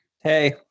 hey